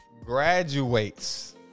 graduates